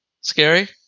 Scary